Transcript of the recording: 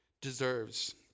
deserves